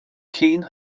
keene